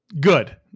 Good